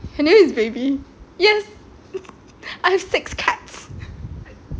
her name is baby yes I have six cats